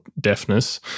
deafness